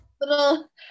little